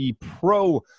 Pro